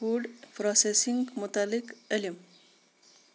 food processing مُتعلِق علم